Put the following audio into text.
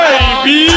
Baby